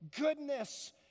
goodness